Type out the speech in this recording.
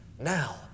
Now